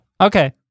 Okay